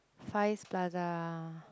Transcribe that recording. Far East Plaza